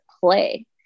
play